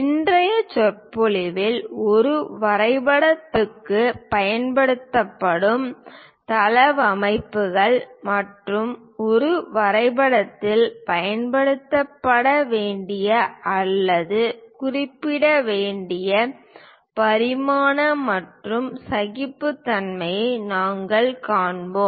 இன்றைய சொற்பொழிவில் ஒரு வரைபடத் தாளுக்குப் பயன்படுத்தப்படும் தளவமைப்புகள் மற்றும் ஒரு வரைபடத்தில் பயன்படுத்தப்பட வேண்டிய அல்லது குறிப்பிடப்பட வேண்டிய பரிமாண மற்றும் சகிப்புத்தன்மையை நாங்கள் காண்போம்